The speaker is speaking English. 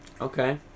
Okay